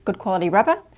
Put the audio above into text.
but quality rubber,